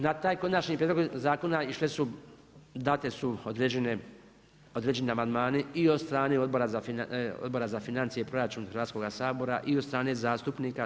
Na taj konačni prijedlog zakona date su određeni amandmani i od strane Odbora za financije i proračun Hrvatskoga sabora i od strane zastupnika.